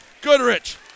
Goodrich